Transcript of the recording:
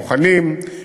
בוחנים,